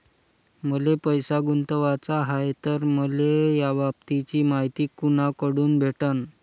मले पैसा गुंतवाचा हाय तर मले याबाबतीची मायती कुनाकडून भेटन?